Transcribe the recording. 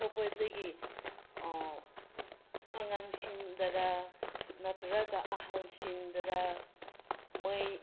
ꯊꯣꯛꯄꯗꯒꯤ ꯑꯉꯥꯡꯁꯤꯡꯗꯔꯥ ꯅꯠꯇ꯭ꯔꯒ ꯑꯍꯜꯁꯤꯡꯗꯔꯥ ꯃꯣꯏ